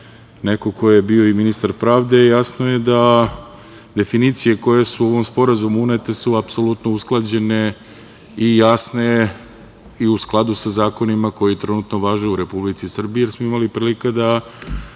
neko ko je bio i ministar pravde, jasno je da definicije koje su u ovom sporazumu unete su apsolutno usklađene i jasne i u skladu sa zakonima koji trenutno važe u Republici Srbiji jer smo imali prilike da